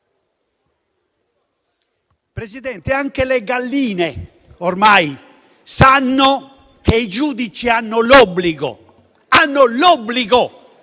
Presidente, anche le galline ormai sanno che i giudici hanno l'obbligo di